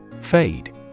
Fade